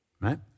right